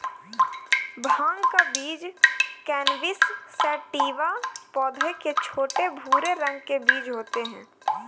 भाँग का बीज कैनबिस सैटिवा पौधे के छोटे, भूरे रंग के बीज होते है